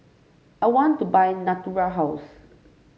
I want to buy Natura House